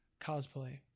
cosplay